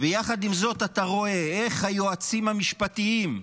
ויחד עם זאת אתה רואה איך היועצים המשפטיים,